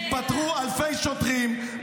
התפטרו אלפי שוטרים,